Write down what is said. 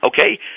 Okay